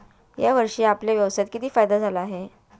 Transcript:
या वर्षी आपल्याला व्यवसायात किती फायदा झाला आहे?